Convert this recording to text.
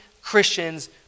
Christians